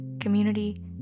community